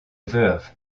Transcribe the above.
verve